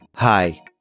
Hi